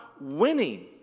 winning